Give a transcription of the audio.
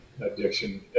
addiction